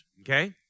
okay